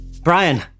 Brian